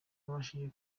nabashije